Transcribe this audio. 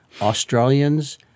Australians